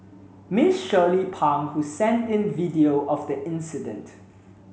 Miss Shirley Pang who sent in video of the incident